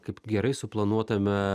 kaip gerai suplanuotame